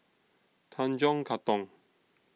Tanjong Katong